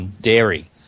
dairy